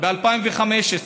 ב-2015.